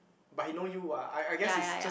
but he know you what I I guess is just